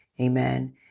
amen